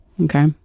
okay